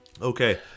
Okay